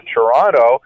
Toronto